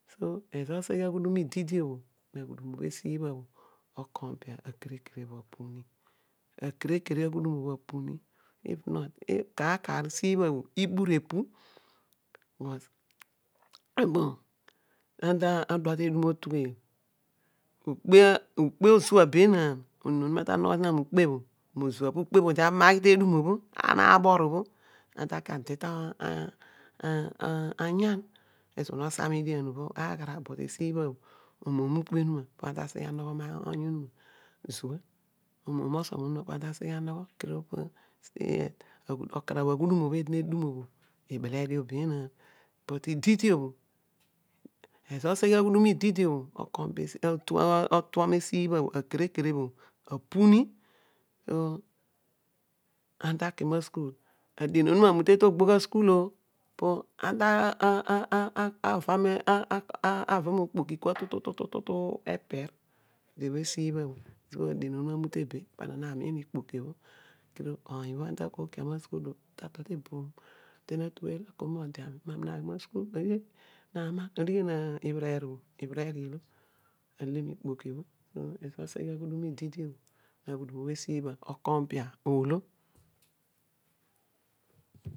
So ezo oseghe aghudum ididi bho na aghudum esi bha bho o comapare olo akere kere sibha ibure pu bkos ana tu adua edun obho atu gheel ukpe osua be nu wepe bho odi abham aghi te dum obho ipo beneen mu lepe kedio ana tek ade ta ade ta ta anyan osobho no sa median obho molo aghara but esi bho omoom ukpe onuma du obho omoom ukpe onuma du obho ana taaseghe anogho moony onuma omoon osoma onuma po bho ana ta seghe unogho still yet okarabh aghudum obho eedi needum bho amiin ikpoki bho kedio oony bho na lei masukul obho ta tol te eboom eh naman idigmen ibhereer obho ibereer ilo ale miikpoki obho so ezo lo oseghe aghudum ididi bho na aghudum esibha o compare ozo